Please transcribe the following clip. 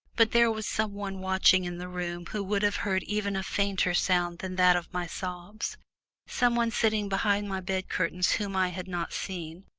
but there was some one watching in the room who would have heard even a fainter sound than that of my sobs some one sitting behind my bed-curtains whom i had not seen,